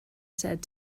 said